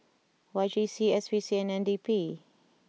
Y J C S P C and N D P